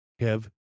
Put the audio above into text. Kev